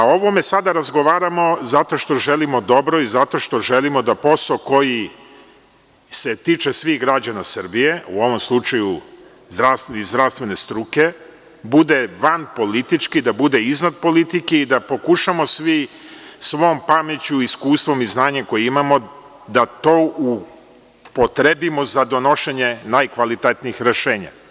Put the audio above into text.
O ovome sada razgovaramo, zato što želimo dobro i zato što želimo da posao koji se tiče svih građana Srbije, u ovom slučaju zdravstvene sruke, bude van politički, bude iznad politike i da pokušamo svi svom pameću i iskustvom i znanjem koje imamo, da to upotrebimo za donošenje najkvalitetnijih rešenja.